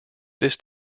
this